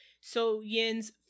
So-yin's